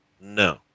no